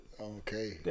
okay